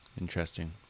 Interesting